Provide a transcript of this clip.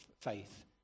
faith